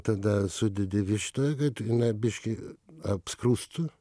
tada sudedi vištą kad jinai biškį apskrustų